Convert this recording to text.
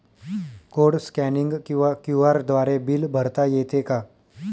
Code scanning किंवा QR द्वारे bill भरता येते का?